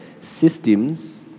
systems